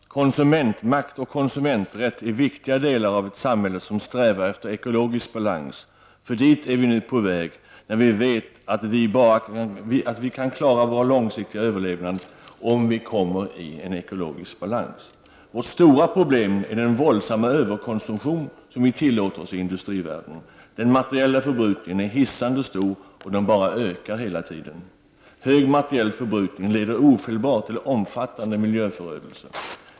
Herr talman! Konsumentmakt och konsumenträtt är viktiga delar av ett samhälle som strävar efter ekologisk balans. För dit är vi nu på väg när vi vet att vi bara kan klara vår långsiktiga överlevnad om vi kommer i ekologisk balans. Vårt stora problem är den våldsamma överkonsumtion som vi tillåter oss i industrivärlden. Den materiella förbrukningen är hisnande stor, och den ökar hela tiden. Hög materiell förbrukning leder ofelbart till omfattande miljöförödelse.